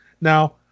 now